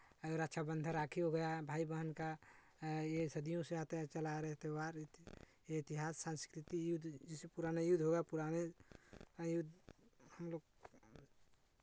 रक्षा बन्धन राखी हो गया भाई बहन का ये सदियों से आते हैं चला आ रहे त्यौहार इतिहास सांस्कृतिक युद्ध ये सब पुराने युद्ध हुआ पुराने युद्ध हमलोग